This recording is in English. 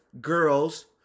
girls